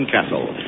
Castle